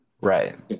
Right